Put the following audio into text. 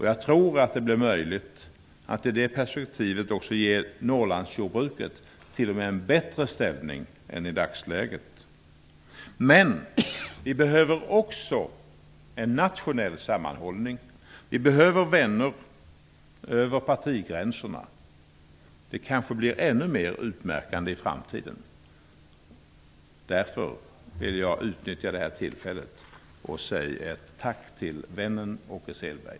Jag tror att det i det perspektivet blir möjligt att t.o.m. ge Norrlandsjordbruket en bättre ställning än i dagsläget. Vi behöver också en nationell sammanhållning. Vi behöver vänner över partigränserna. Det kanske blir ännu mer utmärkande i framtiden. Därför vill jag utnyttja detta tillfälle till att säga tack till vännen Åke Selberg.